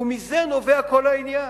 מזה נובע כל העניין.